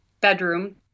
bedroom